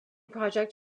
project